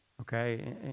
Okay